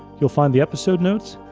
you'll find the episode notes,